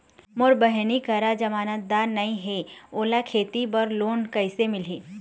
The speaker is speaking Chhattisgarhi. मोर बहिनी करा जमानतदार नई हे, ओला खेती बर लोन कइसे मिलही?